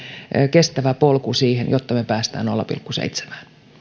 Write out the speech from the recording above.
kestävä polku siihen että me pääsemme nolla pilkku seitsemään